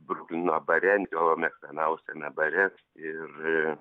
bruklino bare jo mėgstamiausiame bare ir